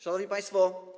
Szanowni Państwo!